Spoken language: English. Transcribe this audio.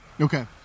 Okay